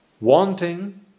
wanting